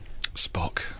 Spock